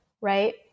right